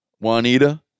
Juanita